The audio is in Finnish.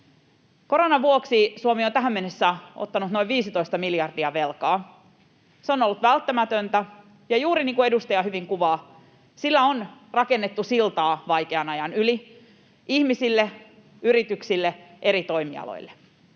Koronan vuoksi Suomi on tähän mennessä ottanut noin 15 miljardia velkaa. Se on ollut välttämätöntä, ja juuri niin kuin edustaja hyvin kuvaa, sillä on rakennettu siltaa vaikean ajan yli ihmisille, yrityksille, eri toimialoille.